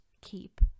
keep